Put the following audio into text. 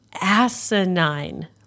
asinine